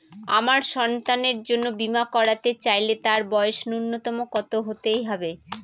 আমার সন্তানের জন্য বীমা করাতে চাইলে তার বয়স ন্যুনতম কত হতেই হবে?